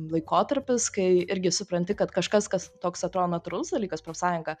laikotarpis kai irgi supranti kad kažkas kas toks atrodo natūralus dalykas profsąjunga